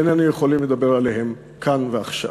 שאיננו יכולים לדבר עליהם כאן ועכשיו.